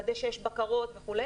לוודא שיש בקרות וכו'.